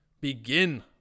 begin